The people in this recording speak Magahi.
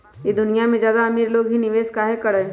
ई दुनिया में ज्यादा अमीर लोग ही निवेस काहे करई?